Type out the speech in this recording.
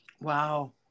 Wow